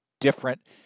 different